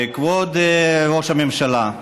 כבוד ראש הממשלה,